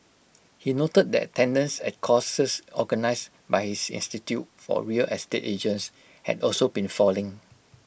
he noted that attendance at courses organised by his institute for real estate agents had also been falling